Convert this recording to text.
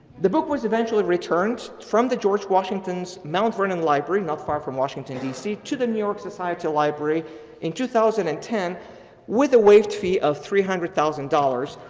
the book was eventually returned from the george washington's mount vernon library, not far from washington dc to the new york society library in two thousand and ten with a waived fee of three hundred thousand dollars,